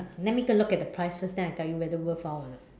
let me take a look at the price first then I tell you whether worthwhile or not